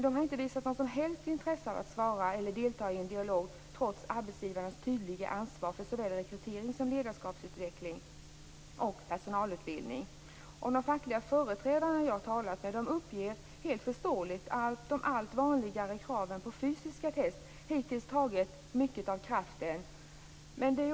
De har inte visat något som helst intresse av att svara eller delta i en dialog, trots arbetsgivarens tydliga ansvar för såväl rekrytering som ledarskapsutveckling och personalutbildning. De fackliga företrädare jag har talat med uppger, helt förståeligt, att de allt vanligare kraven på fysiska test hittills tagit mycket av krafterna.